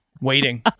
waiting